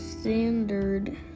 standard